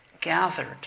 gathered